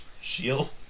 shield